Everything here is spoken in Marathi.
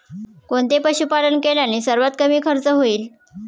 कोणते पशुपालन केल्याने सर्वात कमी खर्च होईल?